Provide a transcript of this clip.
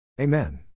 Amen